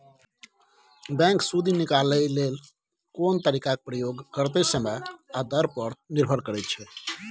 bank सुदि निकालय लेल कोन तरीकाक प्रयोग करतै समय आ दर पर निर्भर करै छै